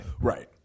right